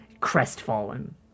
crestfallen